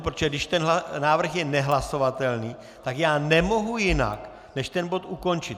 Protože když ten návrh je nehlasovatelný, tak já nemohu jinak než ten bod ukončit.